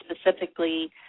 specifically